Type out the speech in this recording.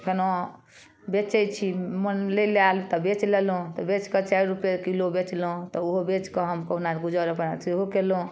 फेनो बेचै छी मोल लै लऽ आयल तऽ बेच लेलहुँ तऽ बेचकऽ चारि रूपे किलो बेचलहुँ तऽ ओहो बेचकऽ हम कहुना गुजर अपना सेहो कयलहुँ